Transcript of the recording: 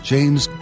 James